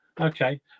Okay